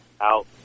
out